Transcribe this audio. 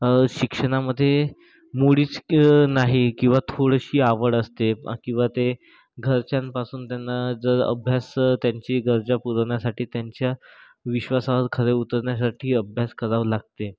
शिक्षणामध्ये मुळीच नाही किंवा थोडीशी आवड असते बाकी बा ते घरच्यांपासून त्यांना जर अभ्यास त्यांची गरजा पुरवण्यासाठी त्यांच्या विश्वासावर खरे उतरण्यासाठी अभ्यास करावं लागते